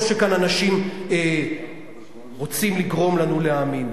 שכאן אנשים רוצים לגרום לנו להאמין.